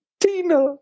Tina